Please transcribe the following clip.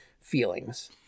feelings